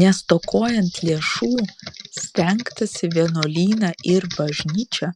nestokojant lėšų stengtasi vienuolyną ir bažnyčią